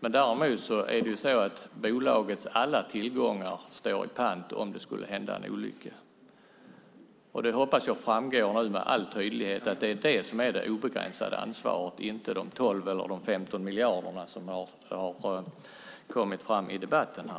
Däremot står bolagets alla tillgångar i pant om det skulle hända en olycka. Jag hoppas att det framgår med all tydlighet att det är det obegränsade ansvaret, inte de 12 eller 15 miljarder som har kommit fram i debatten.